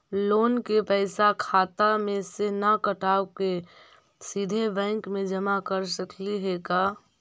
Loan के पैसा खाता मे से न कटवा के सिधे बैंक में जमा कर सकली हे का?